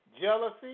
jealousy